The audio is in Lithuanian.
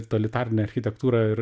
totalitarinę architektūrą ir